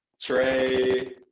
Trey